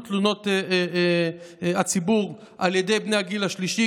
תלונות הציבור על ידי בני הגיל השלישי,